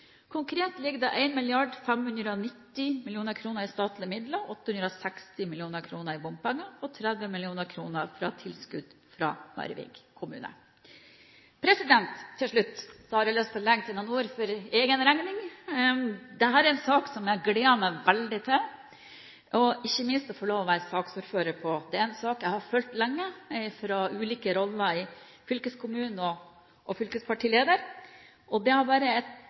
Konkret ligger det 1 590 mill. kr i statlige midler, 860 mill. kr i bompenger og 30 mill. kr i tilskudd fra Narvik kommune. Til slutt har jeg lyst til å legge til noen ord for egen regning. Dette er en sak jeg har gledet meg veldig til – ikke minst det å få lov til å være saksordfører for den. Det er en sak jeg har fulgt lenge fra ulike roller i fylkeskommunen og som fylkespartileder. Det har vært et